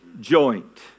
joint